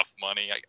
money